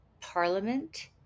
parliament